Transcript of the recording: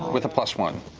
with a plus one.